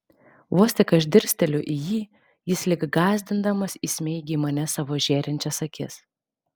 vos tik aš dirsteliu į jį jis lyg gąsdindamas įsmeigia į mane savo žėrinčias akis